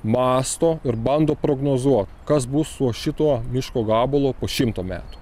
mąsto ir bando prognozuot kas bus su šituo miško gabalu po šimto metų